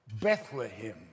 Bethlehem